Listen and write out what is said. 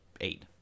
eight